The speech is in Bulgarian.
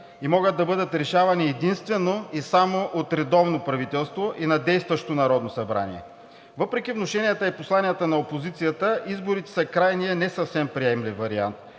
и могат да бъдат решавани единствено и само от редовно правителство и на действащо Народно събрание. Въпреки внушенията и посланията на опозицията, изборите са крайни и не са съвсем приемлив вариант.